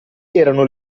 erano